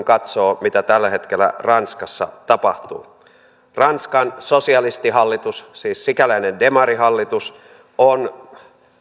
katsoo mitä tällä hetkellä ranskassa tapahtuu ranskan sosialistihallitus siis sikäläinen demarihallitus on